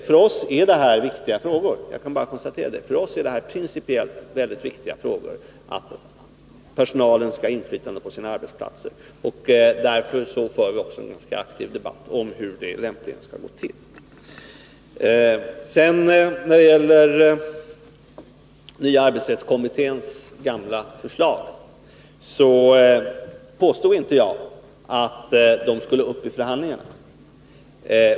För oss är det principiellt väldigt viktigt att personalen skall ha inflytande på sin arbetsplats, och därför för vi också en mycket aktiv debatt om hur det lämpligen skall gå till. När det sedan gäller nya arbetsrättskommitténs gamla förslag påstod inte jag att de skulle upp i förhandlingarna.